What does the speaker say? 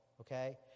okay